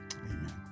amen